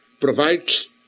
provides